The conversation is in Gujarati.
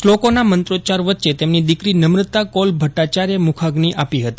શ્લોકોના મંત્રોચ્યાર વચ્ચે તેમની ઠીકરી નમ્રતા કૌલ ભક્ષાચાર્યે મુખાગ્નિ આપી હતી